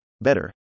better